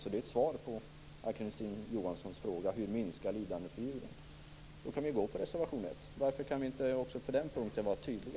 Det är ett svar på Ann-Kristine Johanssons fråga om hur vi skall minska lidandet för djuren. Vi kan gå på reservation 1. Varför kan vi inte också på den punkten vara tydliga?